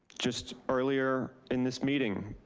just earlier in this meeting,